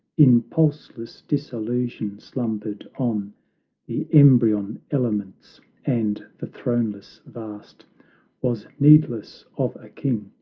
in pulseless dissolution slumbered on the embryon elements and the throneless vast was needless of a king,